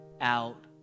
out